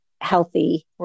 healthy